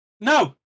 no